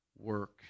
work